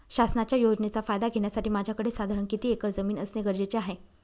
शासनाच्या योजनेचा फायदा घेण्यासाठी माझ्याकडे साधारण किती एकर जमीन असणे गरजेचे आहे?